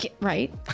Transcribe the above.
Right